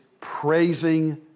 praising